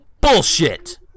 bullshit